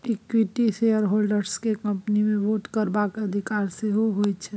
equity shareholders केँ company मे vote करबाक अधिकार सेहो होइ छै